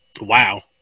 wow